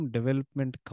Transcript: Development